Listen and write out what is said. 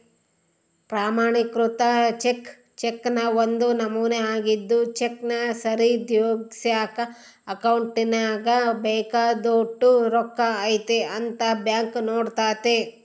ಪ್ರಮಾಣಿಕೃತ ಚೆಕ್ ಚೆಕ್ನ ಒಂದು ನಮೂನೆ ಆಗಿದ್ದು ಚೆಕ್ನ ಸರಿದೂಗ್ಸಕ ಅಕೌಂಟ್ನಾಗ ಬೇಕಾದೋಟು ರೊಕ್ಕ ಐತೆ ಅಂತ ಬ್ಯಾಂಕ್ ನೋಡ್ತತೆ